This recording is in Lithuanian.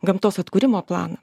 gamtos atkūrimo planą